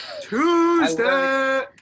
Tuesday